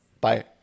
Bye